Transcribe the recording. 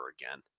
again